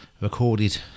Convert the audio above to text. recorded